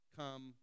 come